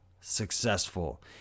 successful